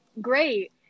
great